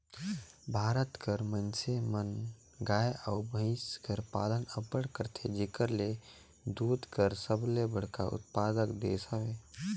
भारत कर मइनसे मन गाय अउ भंइस कर पालन अब्बड़ करथे जेकर ले दूद कर सबले बड़खा उत्पादक देस हवे